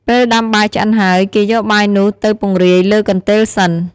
ពេលដាំបាយឆ្អិនហើយ គេយកបាយនោះទៅពង្រាយលើកន្ទេលសិន។